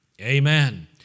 Amen